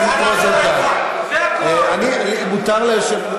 זה מה שהוא רוצה.